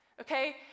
Okay